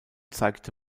zeigte